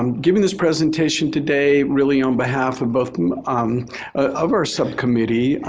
um giving this presentation today really on behalf of both of our subcommittee.